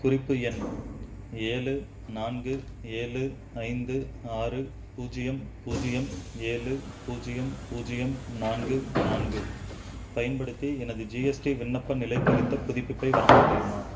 குறிப்பு எண் ஏழு நான்கு ஏழு ஐந்து ஆறு பூஜ்ஜியம் பூஜ்ஜியம் ஏழு பூஜ்ஜியம் பூஜ்ஜியம் நான்கு நான்கு பயன்படுத்தி எனது ஜிஎஸ்டி விண்ணப்ப நிலை குறித்த புதுப்பிப்பை வழங்க முடியுமா